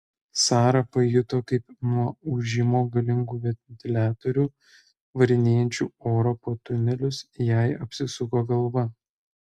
sara pajuto kaip nuo ūžimo galingų ventiliatorių varinėjančių orą po tunelius jai apsisuko galva